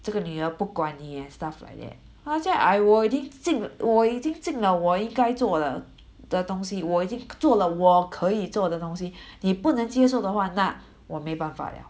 这个女人不管你耶 stuff like that !wah! say I 我已经尽我已经尽了我应该做的的东西我已经做了我可以做的东西你不能接受的话那我没办法了